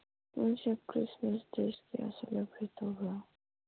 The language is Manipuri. ꯅꯣꯏꯁꯦ ꯈ꯭ꯔꯤꯁꯃꯥꯁ ꯇ꯭ꯔꯤꯁꯀ ꯁꯦꯂꯦꯕ꯭ꯔꯦꯠ ꯇꯧꯕ꯭ꯔꯣ